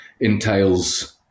entails